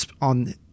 on